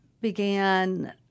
began